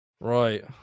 Right